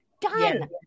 Done